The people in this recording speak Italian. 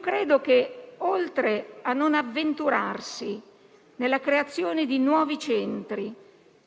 credo che, oltre a non avventurarsi nella creazione di nuovi centri